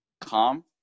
calm